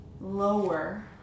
lower